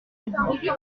exemple